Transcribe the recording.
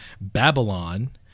Babylon